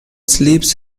sleeps